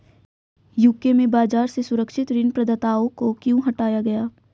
UK में बाजार से सुरक्षित ऋण प्रदाताओं को क्यों हटाया गया?